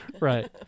right